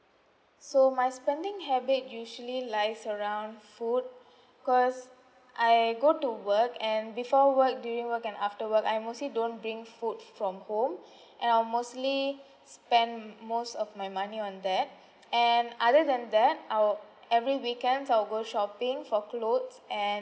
so my spending habit usually lies around food because I go to work and before work during work and after work I mostly don't bring food from home and I mostly spend most of my money on that and other than that I'll every weekends I'll go shopping for clothes and